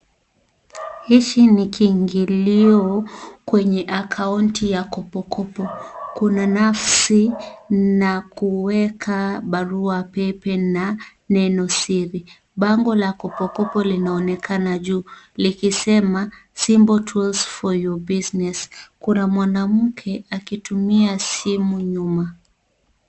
Hichi ni kiingilio kwenye akaunti ya Kopo Kopo kuna nafsi na kuweka barua pepe na neno siri bango la Kopo Kopo linaonekana juu likisema simple tools for your business . Kuna mwanamke akitumia simu nyuma.